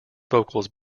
vocals